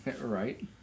Right